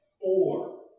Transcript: four